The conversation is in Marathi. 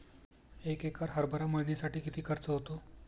एक एकर हरभरा मळणीसाठी किती खर्च होतो?